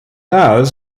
ours